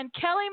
Kelly